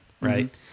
right